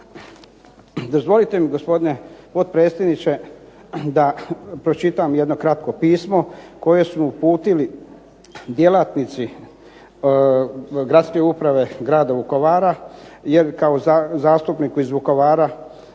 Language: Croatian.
Dozvolite mi gospodine potpredsjedniče da pročitam jedno kratko pismo koje su uputili djelatnici gradske uprave grada Vukovara, jer kao zastupnik iz Vukovara